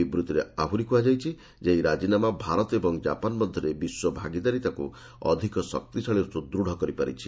ବିବୃତ୍ତିରେ ଆହୁରି କୁହାଯାଇଛି ଏହି ରାଜିନାମା ଭାରତ ଏବଂ ଜାପାନ୍ ମଧ୍ୟରେ ବିଶ୍ୱଭାଗିଦାରିତାକୁ ଅଧିକ ଶକ୍ତିଶାଳୀ ଓ ସୁଦୃତ୍ କରିପାରିଛି